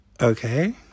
Okay